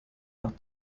nach